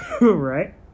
Right